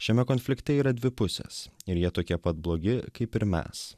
šiame konflikte yra dvi pusės ir jie tokie pat blogi kaip ir mes